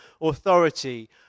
authority